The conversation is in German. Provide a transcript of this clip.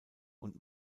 und